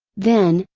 then,